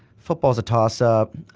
football's a toss up.